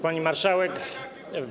Pani Marszałek!